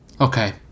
Okay